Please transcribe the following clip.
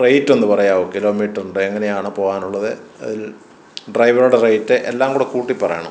റേയ്റ്റൊന്ന് പറയാമോ കിലോമീറ്ററിൻറ്റെ എങ്ങനെയാണ് പോവാനുള്ളത് അതിൽ ഡ്രൈവറുടെ റേയ്റ്റ് എല്ലാം കൂടെ കൂട്ടി പറയണം